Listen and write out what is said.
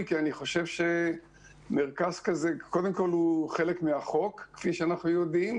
כי אני חושב שמרכז כזה הוא חלק מהחוק כפי שאנחנו יודעים,